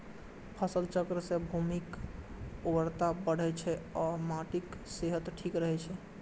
फसल चक्र सं भूमिक उर्वरता बढ़ै छै आ माटिक सेहत ठीक रहै छै